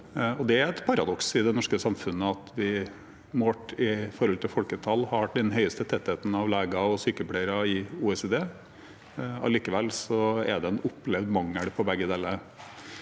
Det er et paradoks i det norske samfunnet at vi, målt i forhold til folketall, har hatt den høyeste tettheten av leger og sykepleiere i OECD. Allikevel er det en opplevd mangel på begge deler.